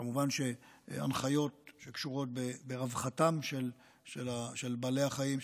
כמובן שהנחיות שקשורות ברווחתם של בעלי החיים,